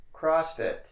CrossFit